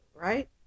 right